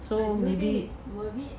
but do you think it's worth it